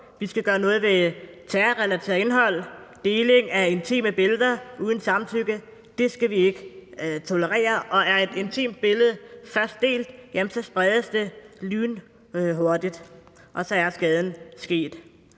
Vi skal gøre noget ved terrorrelateret indhold, ved deling af intime billeder uden samtykke. Det skal vi ikke tolerere. Og er et intimt billede først delt, jamen så spredes det lynhurtigt, og så er skaden sket.